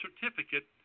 certificate